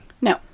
No